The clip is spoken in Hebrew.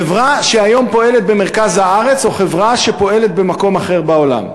חברה שהיום פועלת במרכז הארץ או חברה שפועלת במקום אחר בעולם.